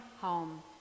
home